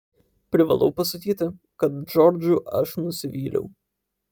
privalau pasakyti kad džordžu aš nusivyliau